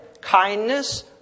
kindness